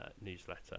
newsletter